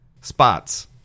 spots